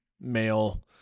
male